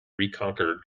reconquer